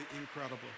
incredible